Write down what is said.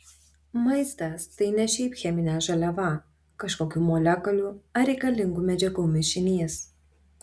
maistas tai ne šiaip cheminė žaliava kažkokių molekulių ar reikalingų medžiagų mišinys